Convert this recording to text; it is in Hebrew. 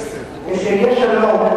כשיהיה שלום אז